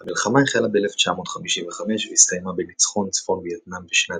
המלחמה החלה ב-1955 והסתיימה בניצחון צפון וייטנאם בשנת